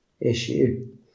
issue